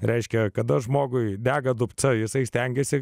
reiškia kad žmogui dega dupca jisai stengiasi